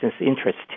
interest